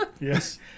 yes